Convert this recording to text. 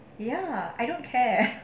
ya I don't care